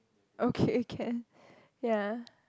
okay can ya